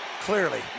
clearly